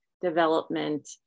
development